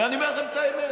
ואני אומר לכם את האמת,